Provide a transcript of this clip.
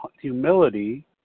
humility